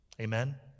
Amen